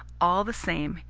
all the same,